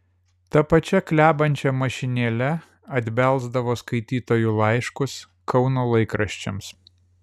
ta pačia klebančia mašinėle atbelsdavo skaitytojų laiškus kauno laikraščiams